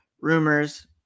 rumors